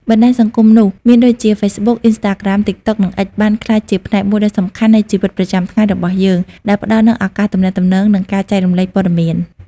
បណ្តាញសង្គមនោះមានដូចជា ហ្វេសប៊ុក អ៊ីនស្តារក្រាម តិកតុក និង អ៊ិច បានក្លាយជាផ្នែកមួយដ៏សំខាន់នៃជីវិតប្រចាំថ្ងៃរបស់យើង ដែលផ្តល់នូវឱកាសទំនាក់ទំនង និងការចែករំលែកព័ត៌មាន។